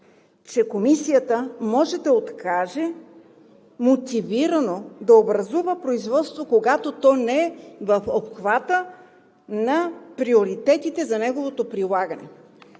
че: Комисията може да откаже, мотивирано да образува производство, когато то не е в обхвата на приоритетите за неговото прилагане.